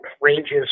ranges